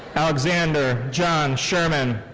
alexander john sherman.